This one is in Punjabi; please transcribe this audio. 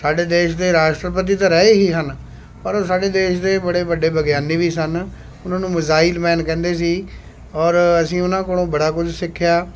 ਸਾਡੇ ਦੇਸ਼ ਦੇ ਰਾਸ਼ਟਰਪਤੀ ਤਾਂ ਰਹੇ ਹੀ ਹਨ ਪਰ ਉਹ ਸਾਡੇ ਦੇਸ਼ ਦੇ ਬੜੇ ਵੱਡੇ ਵਿਗਿਆਨੀ ਵੀ ਸਨ ਉਹਨਾਂ ਨੂੰ ਮਿਜ਼ਾਇਲ ਮੈਨ ਕਹਿੰਦੇ ਸੀ ਔਰ ਅਸੀਂ ਉਹਨਾਂ ਕੋਲੋਂ ਬੜਾ ਕੁਝ ਸਿੱਖਿਆ